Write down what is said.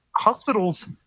hospitals